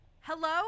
Hello